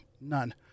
None